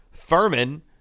Furman